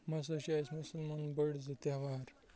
یِم ہَسا چھِ اَسہِ مُسَلمانَن بٔڑۍ زٕ تیٚہوار